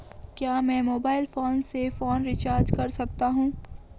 क्या मैं mobile phone से फोन रिचार्ज कर सकता हूं?